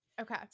Okay